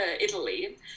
Italy